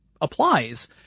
applies